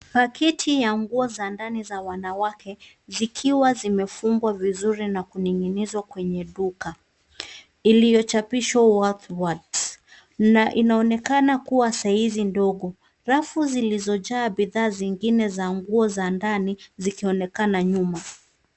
Pakiti ya nguo za ndani za wanawake zikiwa zimefungwa vizuri na kuning'inizwa kwenye duka iliyochapishwa Woolworths na inaonekana kuwa saizi ndogo. Rafu zilizojaa bidhaa zingine za nguo za ndani zikionekana nyuma.